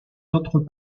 autres